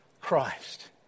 Christ